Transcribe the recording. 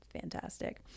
fantastic